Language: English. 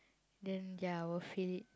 then ya I will feel it